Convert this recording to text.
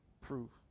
proof